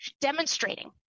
demonstrating